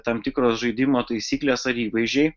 tam tikros žaidimo taisyklės ar įvaizdžiai